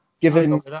Given